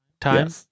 time